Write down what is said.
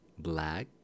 Black